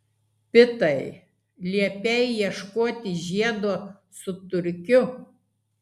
pitai liepei ieškoti žiedo su turkiu